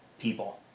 people